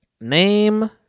name